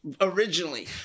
originally